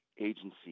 agency